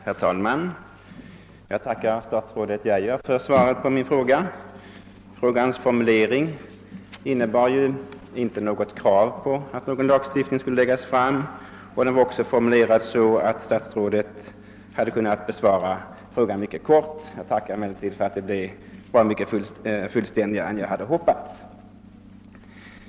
Herr talman! Jag tackar statsrådet Geijer för svaret på min fråga. Frågans formulering innebar ju inget krav på en lagstiftning, och den var också sådan att statsrådet hade kunnat besvara frågan mycket kortfattat. Jag tackar emellertid för att svaret var mer fullständigt än jag hade hoppats.